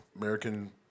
American